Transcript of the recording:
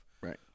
Right